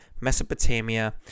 Mesopotamia